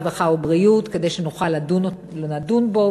הרווחה והבריאות כדי שנוכל לדון בו.